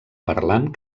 parlant